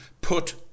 put